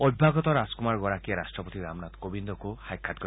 অভ্যাগত ৰাজকুমাৰ গৰাকীয়ে ৰট্টপতি ৰামনাথ কোৱিন্দকো সাক্ষাৎ কৰিব